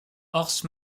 horst